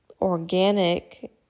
organic